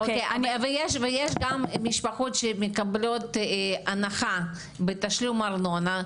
ויש גם משפחות שמקבלות הנחה בתשלום ארנונה,